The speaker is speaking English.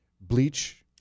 bleach